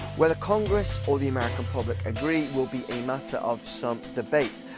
whether congress or the american public agree will be a matter of some debate.